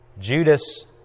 Judas